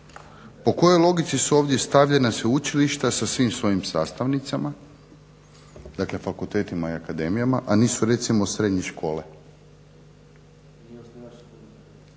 po kojoj logici su ovdje stavljena sveučilišta sa svim svojim sastavnicama, dakle fakultetima i akademijama, a nisu recimo srednje škole.